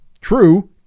true